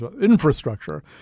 infrastructure